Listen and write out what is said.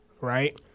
right